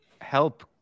help